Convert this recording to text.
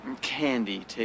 Candy